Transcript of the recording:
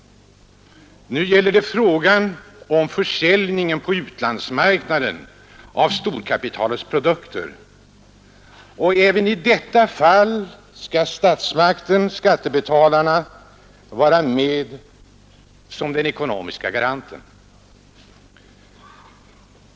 Nu gäller det frågan om försäljningen på utlandsmarknaden av storkapitalets produkter. Även i detta fall skall statsmakten-skattebetalarna vara den ekonomiska garanten.